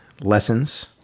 lessons